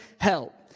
help